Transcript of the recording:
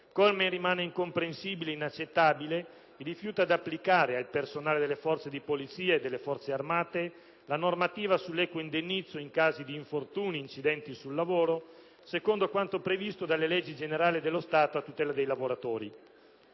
altresì incomprensibile e inaccettabile il rifiuto ad applicare al personale delle forze di polizia e delle Forze armate la normativa sull'equo indennizzo in caso di infortuni ed incidenti sul lavoro secondo quanto previsto dalle leggi generali dello Stato a tutela dei lavoratori.